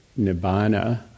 nibbana